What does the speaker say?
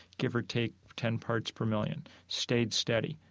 give or take ten parts per million. stayed steady.